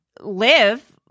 live